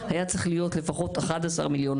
היה צריך להיות לפחות 11 מיליון,